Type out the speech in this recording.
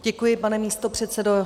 Děkuji, pane místopředsedo.